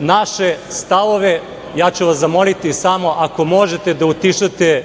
naše stavove. Ja ću vas zamoliti samo, ako možete da utišate